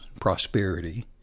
prosperity